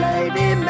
Lady